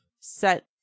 set